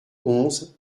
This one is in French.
onze